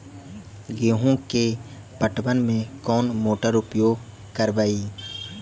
गेंहू के पटवन में कौन मोटर उपयोग करवय?